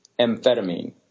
amphetamine